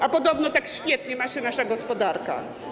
A podobno tak świetnie ma się nasza gospodarka.